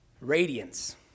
Radiance